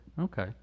Okay